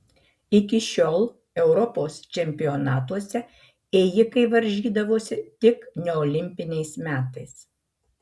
iki šiol europos čempionatuose ėjikai varžydavosi tik neolimpiniais metais